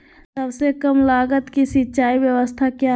सबसे कम लगत की सिंचाई ब्यास्ता क्या है?